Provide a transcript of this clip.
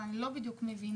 אבל אני לא בדיוק מבינה.